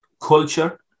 culture